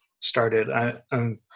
started